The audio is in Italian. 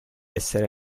essere